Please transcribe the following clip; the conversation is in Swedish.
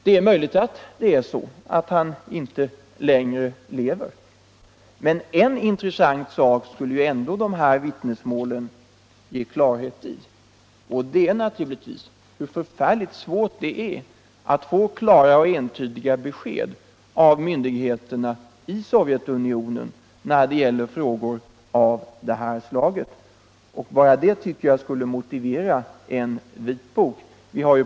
Det är möjligt att det är så att han inte längre lever, men en intressant sak skulle de här vittnesmålen ändå kunna ge klarhet i, nämligen hur förfärligt svårt det är att få klara och entydiga besked av myndigheterna i Sovjetunionen i frågor av det här slaget. Bara det tycker jag skulle motivera en vitbok.